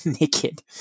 naked